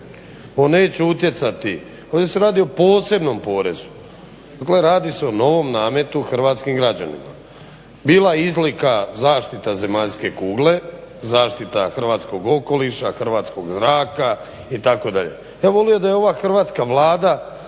On neće utjecati, ovdje se radi o posebnom porezu, dakle radi se o novom nametu hrvatskim građanima. Bila je izlika zaštita zemaljske kugle, zaštita hrvatskog okoliša, hrvatskog zraka itd., ja bih volio da je ova hrvatska Vlada